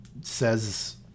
says